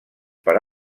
per